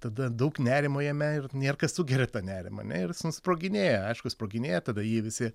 tada daug nerimo jame ir nėr kas sugeria tą nerimą ne ir jis nu sproginėja aišku sproginėja tada jį visi